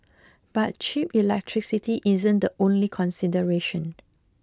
but cheap electricity isn't the only consideration